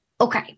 okay